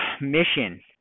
mission